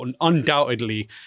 undoubtedly